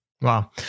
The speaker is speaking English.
Wow